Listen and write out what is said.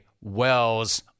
Wells